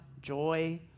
joy